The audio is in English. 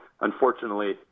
Unfortunately